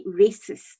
racist